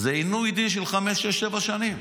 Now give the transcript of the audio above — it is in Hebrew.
זה עינוי דין של חמש, שש, שבע שנים.